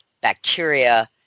bacteria